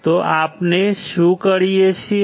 તો આપણે શું કરી શકીએ